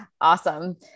awesome